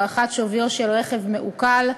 הערכת שוויו של רכב מעוקל),